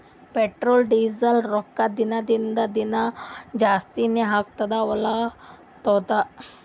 petrol, ಡೀಸೆಲ್ದು ರೊಕ್ಕಾ ದಿನಾ ದಿನಾ ಜಾಸ್ತಿನೇ ಆಕೊತ್ತು ಹೊಲತ್ತುದ್